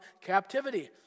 captivity